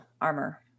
armor